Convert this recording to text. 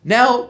Now